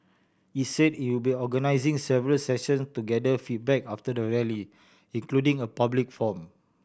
it said it will be organising several sessions to gather feedback after the Rally including a public forum